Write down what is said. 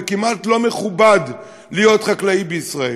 וכמעט לא מכובד להיות חקלאי בישראל.